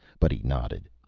but he nodded.